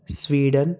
Sweden